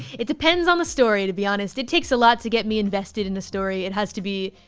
it depends on the story, to be honest. it takes a lot to get me invested in the story. it has to be.